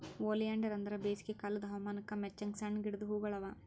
oleander ಅಂದುರ್ ಬೇಸಿಗೆ ಕಾಲದ್ ಹವಾಮಾನಕ್ ಮೆಚ್ಚಂಗ್ ಸಣ್ಣ ಗಿಡದ್ ಹೂಗೊಳ್ ಅವಾ